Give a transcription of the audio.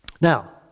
Now